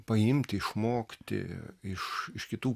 paimti išmokti iš iš kitų